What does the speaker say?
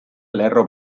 lerro